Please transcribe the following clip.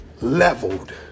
leveled